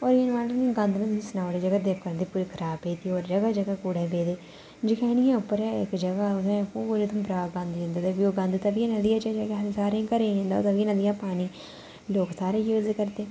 होर गंदे में तुसेंगी सनाया देवका नदी पूरी खराब पेदी होर जगह् जगह् कूड़े पेदे जखैनी ऐ उप्पर इक जगह् उत्थें पूरे उधमपुरे दा गंद जंदा ते फ्ही ओह् गंद तवियै नदियै च जंदा सारें दे घरै गी जंदा तवी नदिया दा पानी लोग सारे यूज करदे